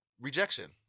rejection